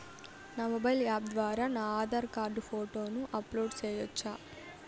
నా mobile app ద్వారా నా ఆధార్ కార్డు ఫోటోను అప్లోడ్ సేయొచ్చా?